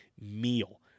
meal